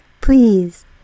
Please